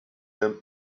him